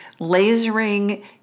lasering